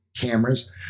cameras